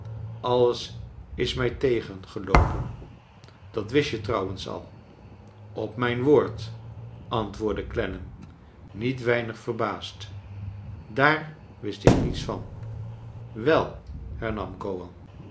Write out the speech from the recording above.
alles is mij tegengeloopen dat wist je trouwens al op mijn woord antwoordde clennam niet weinig verbaasd daar wist ik niets van wel